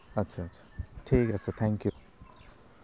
আচ্ছা আচ্ছা ঠিক আছে থেংক ইউ